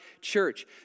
church